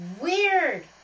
Weird